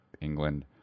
england